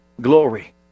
Glory